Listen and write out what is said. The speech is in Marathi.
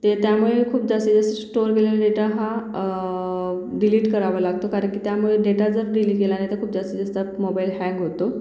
ते त्यामुळे खूप जास्तीत जास्त स्टोर केलेला डेटा हा डिलिट करावा लागतो कारण की त्यामुळे डेटा जर डिलिट केला नाही तर खूप जास्तीत जास्त मोबाईल हँग होतो